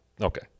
Okay